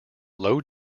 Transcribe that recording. low